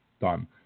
done